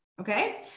okay